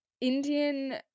Indian